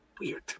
weird